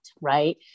right